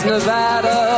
Nevada